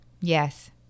Yes